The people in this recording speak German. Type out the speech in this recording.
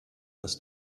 das